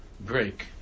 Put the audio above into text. break